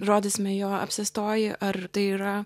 rodysime jo apsėstoji ar tai yra